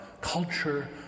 culture